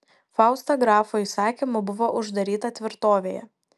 fausta grafo įsakymu buvo uždaryta tvirtovėje